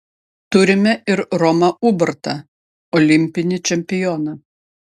turime ir romą ubartą olimpinį čempioną